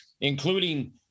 including –